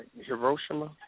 Hiroshima